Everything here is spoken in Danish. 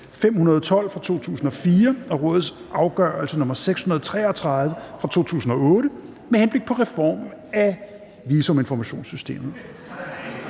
2004/512/EF og Rådets afgørelse 2008/633/RIA med henblik på reform af visuminformationssystemet.